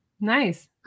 Nice